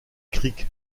criques